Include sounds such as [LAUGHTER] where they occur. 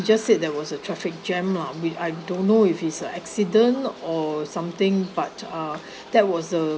just said there was a traffic jam lah which I don't know if he's uh accident or something but uh [BREATH] that was a